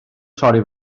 torri